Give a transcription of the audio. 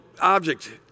object